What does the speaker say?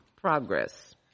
progress